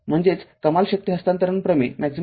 म्हणजेच कमाल शक्ती हस्तांतरण प्रमेय आहे